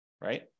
right